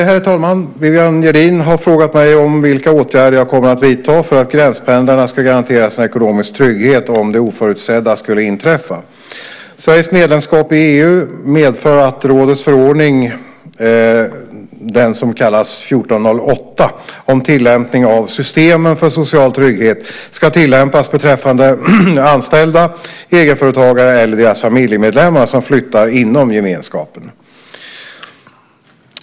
Herr talman! Viviann Gerdin har frågat mig vilka åtgärder jag kommer att vidta för att gränspendlarna ska garanteras en ekonomisk trygghet om det oförutsedda skulle inträffa. Sveriges medlemskap i EU medför att rådets förordning nr 1408 om tillämpning av systemen för social trygghet ska tillämpas beträffande anställda, egenföretagare eller deras familjemedlemmar som flyttar inom gemenskapen.